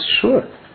sure